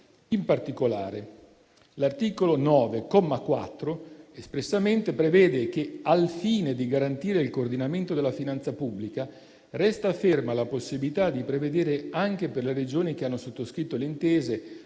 In particolare, l'articolo 9, comma 4, espressamente prevede che, al fine di garantire il coordinamento della finanza pubblica, resta ferma la possibilità di prevedere, anche per le Regioni che hanno sottoscritto le intese